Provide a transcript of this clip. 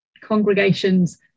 Congregations